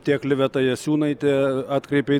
tiek liveta jasiūnaitė atkreipė